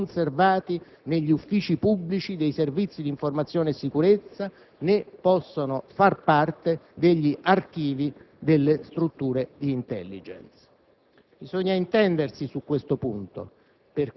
questi documenti non possono essere conservati negli uffici pubblici dei Servizi di informazione e sicurezza, né possono far parte degli archivi delle strutture di *intelligence*.